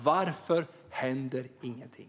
Varför händer ingenting?